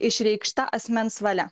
išreikšta asmens valia